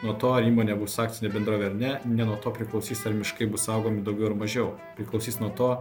nuo to įmonė bus akcinė bendrovė ar ne ne nuo to priklausys ar miškai bus saugomi daugiau ar mažiau priklausys nuo to